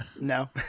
No